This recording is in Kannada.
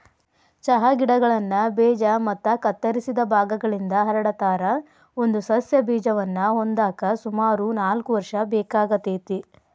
ಚಹಾ ಗಿಡಗಳನ್ನ ಬೇಜ ಮತ್ತ ಕತ್ತರಿಸಿದ ಭಾಗಗಳಿಂದ ಹರಡತಾರ, ಒಂದು ಸಸ್ಯ ಬೇಜವನ್ನ ಹೊಂದಾಕ ಸುಮಾರು ನಾಲ್ಕ್ ವರ್ಷ ಬೇಕಾಗತೇತಿ